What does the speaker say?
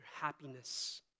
happiness